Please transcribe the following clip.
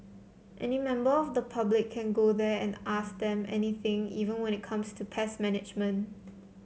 any member of the public can go there and ask them anything even when it comes to pest management